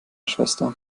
schwester